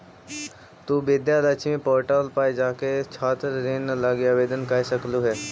तु विद्या लक्ष्मी पोर्टल पर जाके छात्र ऋण लागी आवेदन कर सकलहुं हे